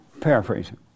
Paraphrasing